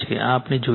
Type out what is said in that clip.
આ આપણે પછી જોઈશું